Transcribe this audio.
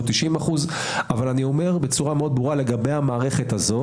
90% אבל אומר בצורה ברורה לגבי המערכת הזו